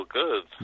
good